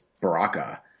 Baraka